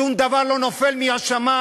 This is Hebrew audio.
שום דבר לא נופל מהשמים.